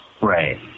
Right